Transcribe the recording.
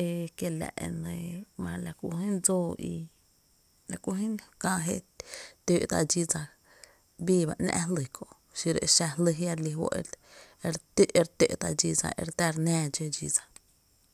e kiela’ e nɇɇ la ku jyn dsóo i la kú kää jé tǿǿ’ tá’ dxí dsa bii ba ‘nⱥ’ jlý kö’ xiro a exa jlý a jia’ re lí fó’ e re tǿǿ tá’ dxí dsa.